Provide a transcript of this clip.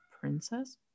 princess